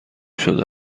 شده